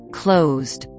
closed